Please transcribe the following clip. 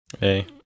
Hey